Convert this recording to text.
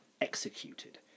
executed